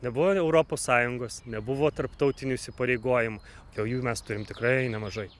nebuvo europos sąjungos nebuvo tarptautinių įsipareigojimų jau jų mes turim tikrai nemažai